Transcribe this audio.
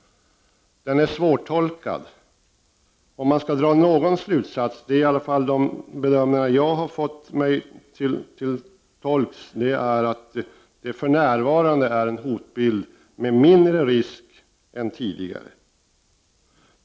Den är svårtolkad. Om man skall dra någon slutsats — det tyder i alla fall de bedömningar jag har fått mig till livs på — är det för närvarande en hotbild med mindre risk än tidigare.